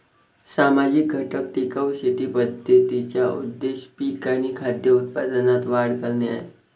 सामाजिक घटक टिकाऊ शेती पद्धतींचा उद्देश पिक आणि खाद्य उत्पादनात वाढ करणे आहे